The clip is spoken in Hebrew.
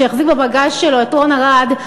שהחזיק בבגאז' שלו את רון ארד,